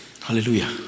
Hallelujah